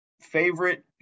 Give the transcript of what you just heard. favorite